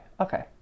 okay